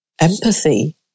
empathy